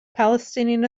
palestinian